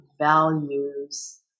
values